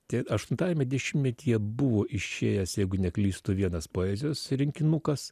aštuntajame dešimtmetyje buvo išėjęs jeigu neklystu vienas poezijos rinkinukas